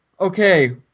okay